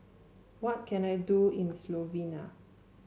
what can I do in Slovenia